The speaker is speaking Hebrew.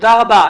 תודה רבה.